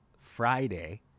Friday